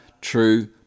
true